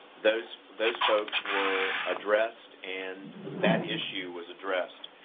those those folks were addressed, and that issue was addressed.